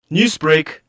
Newsbreak